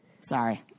Sorry